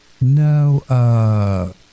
No